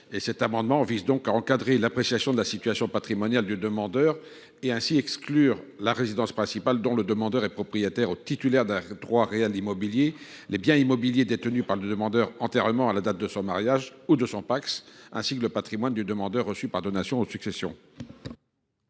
Cet amendement vise donc à encadrer l’appréciation de la situation patrimoniale du demandeur en excluant sa résidence principale, lorsqu’il en est propriétaire ou qu’il détient sur elle un droit réel immobilier, les biens immobiliers détenus par le demandeur antérieurement à la date de son mariage ou de son Pacs ainsi que le patrimoine qu’il a reçu par donation ou succession.